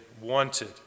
wanted